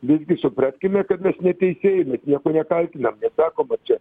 visgi supraskime kad mes ne teisėjai mes nieko nekaltinam sakoma čia